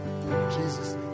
Jesus